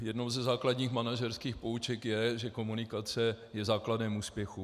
Jednou ze základních manažerských pouček je, že komunikace je základem úspěchu.